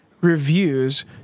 reviews